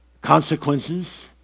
consequences